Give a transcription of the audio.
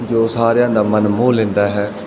ਜੋ ਸਾਰਿਆਂ ਦਾ ਮਨ ਮੋਹ ਲੈਂਦਾ ਹੈ